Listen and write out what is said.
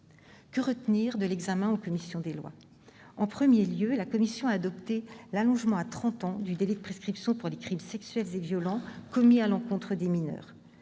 Que retenir de l'examen en commission des lois ? La commission a d'abord adopté l'allongement à trente ans du délai de prescription pour les crimes sexuels et violents commis à l'encontre des mineurs.